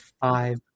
five